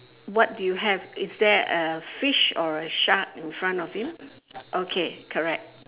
what do you have is there a fish or a shark in front of him okay correct